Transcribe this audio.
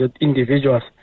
individuals